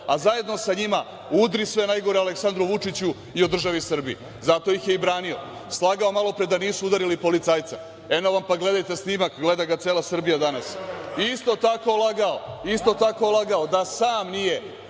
a zajedno sa njima udri sve najgore o Aleksandru Vučiću i o državi Srbiji. Zato ih je i branio.14/3 AL/LŽSlagao malopre da nisu udarili policajca. Eno vam pa gledajte snimak. Gleda ga cela Srbija danas. Isto tako lagao da sam nije